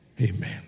amen